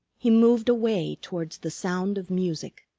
he moved away towards the sound of music.